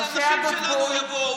האנשים שלנו יבואו,